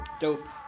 Dope